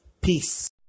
Peace